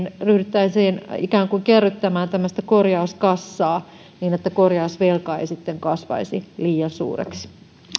ryhdyttäisiin ikään kuin kerryttämään tämmöistä korjauskassaa niin että korjausvelka ei sitten kasvaisi liian suureksi